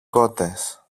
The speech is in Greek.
κότες